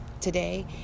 Today